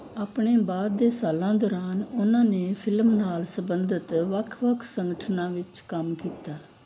ਆਪਣੇ ਬਾਅਦ ਦੇ ਸਾਲਾਂ ਦੌਰਾਨ ਉਨ੍ਹਾਂ ਨੇ ਫਿਲਮ ਨਾਲ ਸੰਬੰਧਿਤ ਵੱਖ ਵੱਖ ਸੰਗਠਨਾਂ ਵਿੱਚ ਕੰਮ ਕੀਤਾ